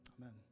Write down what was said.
Amen